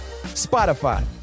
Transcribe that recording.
Spotify